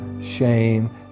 shame